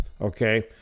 okay